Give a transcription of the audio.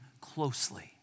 closely